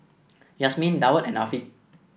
Yasmin Daud and Afiq